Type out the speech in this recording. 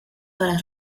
para